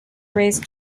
raise